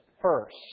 first